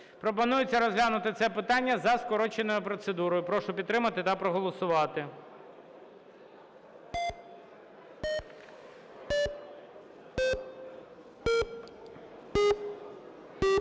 Пропонується розглянути це питання за скороченою процедурою. Прошу підтримати та проголосувати.